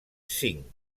cinc